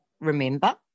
remember